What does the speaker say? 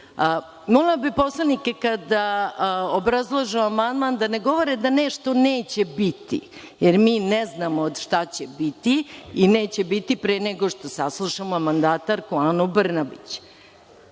bih poslanike kada obrazlažu amandman, da ne govori da nešto neće biti, jer mi ne znamo šta će biti i neće biti, pre nego što saslušamo mandatarku Anu Brnabić.